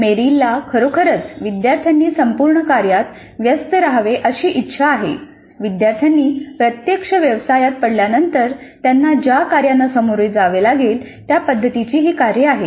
मेरिलला खरोखरच विद्यार्थ्यांनी संपूर्ण कार्यात व्यस्त रहावे अशी इच्छा आहे विद्यार्थ्यांनी प्रत्यक्ष व्यवसायात पडल्यानंतर त्यांना ज्या कार्यांना सामोरे जावे लागेल त्या पद्धतीची ही कार्ये आहेत